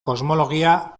kosmologia